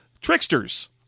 Tricksters